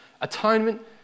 atonement